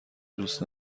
دوست